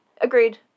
agreed